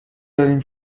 داریم